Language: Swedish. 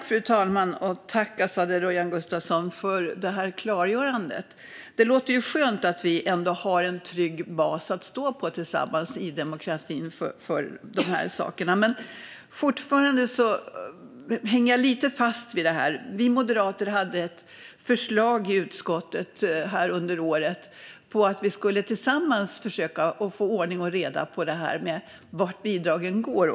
Fru talman! Tack, Azadeh Rojhan Gustafsson, för klargörandet! Det är skönt att höra att vi ändå har en trygg bas att stå på tillsammans i demokratin när det gäller de här sakerna. Jag hänger fortfarande fast lite vid det här. Vi moderater lade under året fram ett förslag i utskottet om att tillsammans försöka få ordning och reda på det här med vart bidragen går.